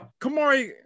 Kamari